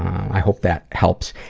i hope that helps.